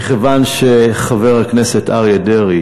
מכיוון שחבר הכנסת אריה דרעי